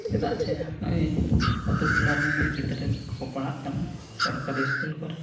ᱪᱮᱫᱟᱜ ᱥᱮ ᱟᱹᱛᱩ ᱴᱚᱞᱟ ᱨᱮᱱ ᱱᱩᱭ ᱜᱤᱫᱽᱨᱟᱹ ᱠᱚ ᱯᱟᱲᱦᱟᱜ ᱠᱟᱱᱟ ᱥᱚᱨᱠᱟᱨᱤ ᱤᱥᱠᱩᱞ ᱠᱚᱨᱮ